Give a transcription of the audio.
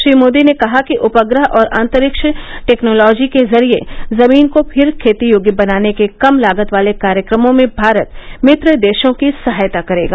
श्री मोदी ने कहा कि उपग्रह और अंतरिक्ष टेक्नोलॉजी के जरिये जमीन को फिर खेती योग्य बनाने के कम लागत वाले कार्यक्रमों में भारत मित्र देशों की सहायता करेगा